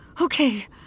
Okay